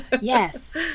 Yes